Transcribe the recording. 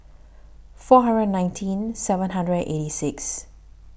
four hundred and nineteen seven hundred and eighty six